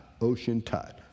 ocean-tide